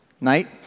night